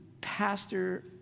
pastor